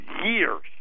years